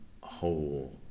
whole